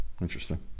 Interesting